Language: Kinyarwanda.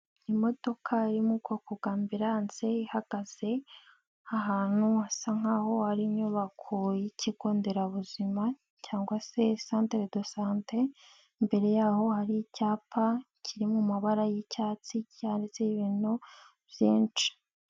Imodoka iri mu bwoko bwambulance ihagaze ahantu hasa nk'aho ari inyubako y'ikigo nderabuzima cyangwa se santire de sante mbere yaho hari icyapa kiri mu mabara y'icyatsi cyanditseho ibintu byinshi.